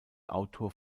autor